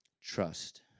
trust